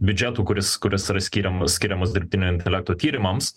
biudžetu kuris kuris yra skiriamo skiriamas dirbtinio intelekto tyrimams